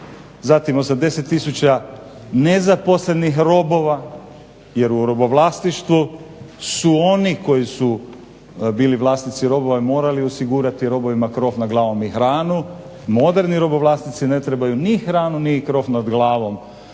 zatim 80 tisuća nezaposlenih robova jer u robovlasništvu su oni koji su bili vlasnici robova morali osigurati robovima krov nad glavom i hranu, moderni robovlasnici ne trebaju ni hranu nit krov nad glavom